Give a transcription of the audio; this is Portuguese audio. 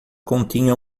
continha